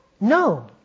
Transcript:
No